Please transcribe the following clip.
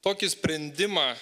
tokį sprendimą